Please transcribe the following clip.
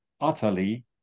utterly